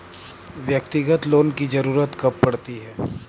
व्यक्तिगत लोन की ज़रूरत कब पड़ती है?